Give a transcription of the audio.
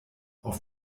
auf